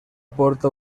porta